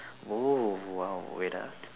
!whoa! !wow! wait ah